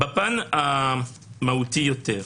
בפן המהותי יותר,